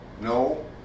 No